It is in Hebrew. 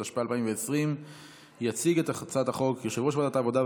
התשפ"א 2020. יציג את הצעת החוק יושב-ראש ועדת העבודה,